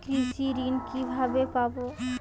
কৃষি ঋন কিভাবে পাব?